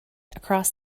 across